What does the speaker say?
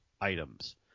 items